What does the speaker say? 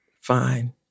fine